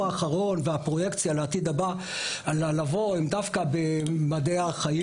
האחרון והפרוייקציה לעתיד לבוא הם דווקא במדעי החיים